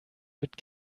mit